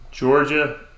Georgia